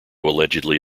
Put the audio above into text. allegedly